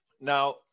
Now